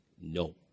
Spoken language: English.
no